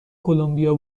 کلمبیا